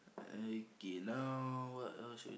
okay now what else we